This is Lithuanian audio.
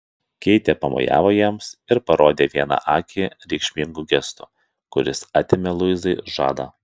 keitė pamojavo jiems ir parodė vieną akį reikšmingu gestu kuris atėmė luizai žadą